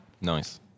Nice